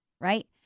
right